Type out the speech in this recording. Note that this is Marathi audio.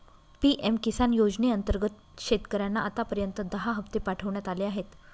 पी.एम किसान योजनेअंतर्गत शेतकऱ्यांना आतापर्यंत दहा हप्ते पाठवण्यात आले आहेत